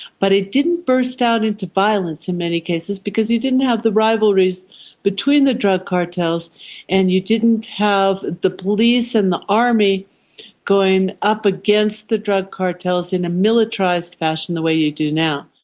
but it didn't burst out into violence in many cases because you didn't have the rivalries between the drug cartels and you didn't have the police and the army going up against the drug cartels in a militarised fashion the way you do now.